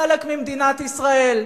חלק ממדינת ישראל.